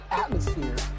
atmosphere